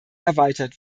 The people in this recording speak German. erweitert